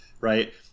right